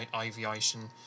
aviation